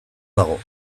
dago